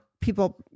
people